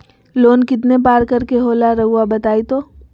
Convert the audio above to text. Loan कितने पारकर के होला रऊआ बताई तो?